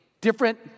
different